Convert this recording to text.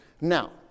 Now